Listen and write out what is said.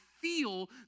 feel